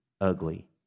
ugly